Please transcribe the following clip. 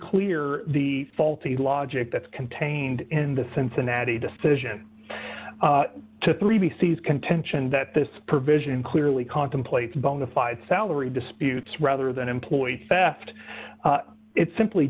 clear the faulty logic that's contained in the cincinnati decision to three b c s contention that this provision clearly contemplates bonafide salary disputes rather than employee theft it simply